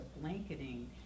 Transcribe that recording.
blanketing